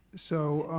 so,